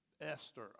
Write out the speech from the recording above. Esther